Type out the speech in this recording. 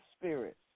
spirits